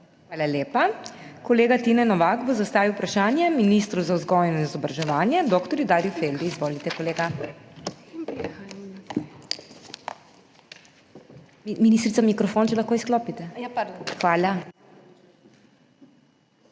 Hvala lepa. Kolega Tine Novak bo zastavil vprašanje ministru za vzgojo in izobraževanje dr. Darju Feldi. Izvolite, kolega. Ministrica, če lahko izklopite mikrofon.